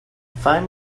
find